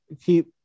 keep